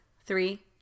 Three